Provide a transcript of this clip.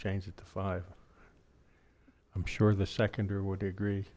changed it to five i'm sure the seconder would agree